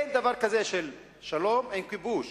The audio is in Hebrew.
אין דבר כזה של שלום עם כיבוש,